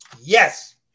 Yes